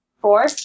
Four